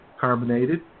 carbonated